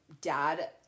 dad